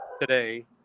today